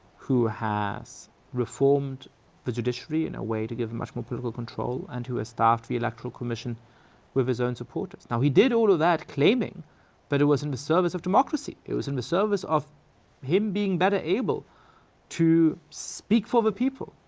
who has reformed the judiciary in a way to give him much more political control, and who has staffed the electoral commission with his own supporters. now he did all of that claiming that but it was in the service of democracy. it was in the service of him being better able to speak for the people,